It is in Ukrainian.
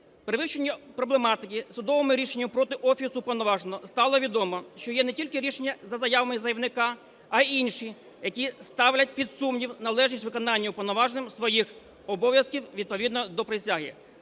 Перевищення проблематики судовими рішеннями проти Офісу Уповноваженого стало відомо, що є не тільки рішення за заявами заявника, а й інші, які ставлять під сумнів належність виконання Уповноваженим своїх обов'язків відповідно до присяги.